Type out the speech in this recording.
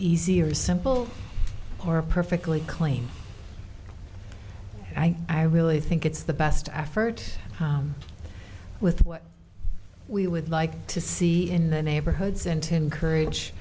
or simple or perfectly clean i i really think it's the best effort with what we would like to see in the neighborhoods and to encourage